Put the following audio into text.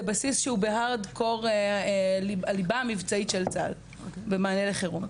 זה בסיס שהוא בhardcore- הליבה המבצעית של צה"ל במענה לחירום.